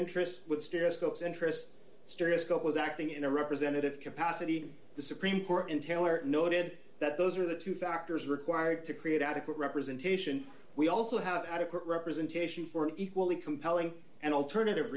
interests with stereoscopes interests stereoscope was acting in a representative capacity to the supreme court and taylor noted that those are the two factors required to create adequate representation we also have adequate representation for an equally compelling and alternative